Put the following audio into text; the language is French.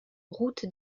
route